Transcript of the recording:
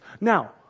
Now